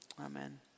amen